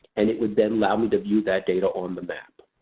and it would then allow me to view that data on the map.